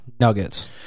Nuggets